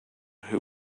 who